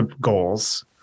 goals